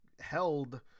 held